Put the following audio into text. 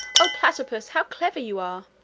oh! platypus, how clever you are!